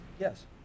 Yes